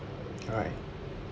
right